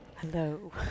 Hello